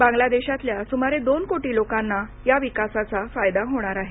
बांगलादेशातल्या सुमारे दोन कोटी लोकांना या विकासाचा फायदा होणार आहे